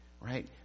Right